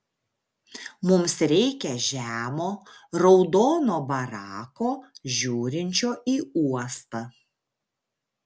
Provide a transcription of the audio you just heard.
mums reikia žemo raudono barako žiūrinčio į uostą